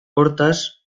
hortaz